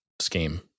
scheme